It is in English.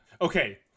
Okay